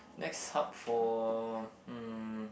next hub for hmm